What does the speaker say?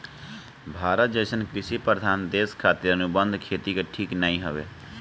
भारत जइसन कृषि प्रधान देश खातिर अनुबंध खेती ठीक नाइ हवे